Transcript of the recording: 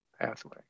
pathway